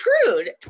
screwed